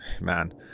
man